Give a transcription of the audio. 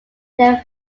their